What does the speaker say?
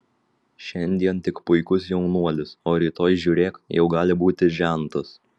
šiandien tik puikus jaunuolis o rytoj žiūrėk jau gali būti žentas